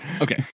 Okay